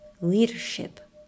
leadership